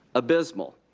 abysmal.